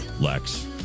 Lex